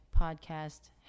podcast